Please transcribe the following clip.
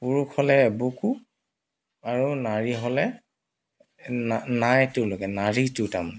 পুৰুষ হ'লে এবুকু আৰু নাৰী হ'লে নাইটো লৈকে নাৰিটো তাৰমানে